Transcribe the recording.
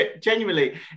Genuinely